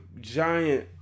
giant